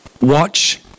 Watch